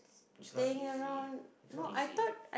it's not easy it's not easy